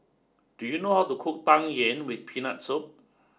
do you know how to cook Tang Yuen with Peanut Soup